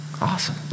Awesome